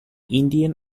indian